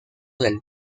del